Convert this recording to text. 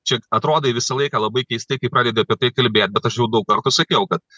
čia atrodai visą laiką labai keistai kai pradedi apie tai kalbėt bet aš jau daug kartų sakiau kad